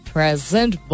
Present